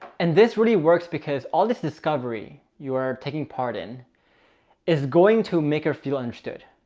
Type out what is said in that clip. and this really works because all this discovery you are taking part in is going to make her feel understood,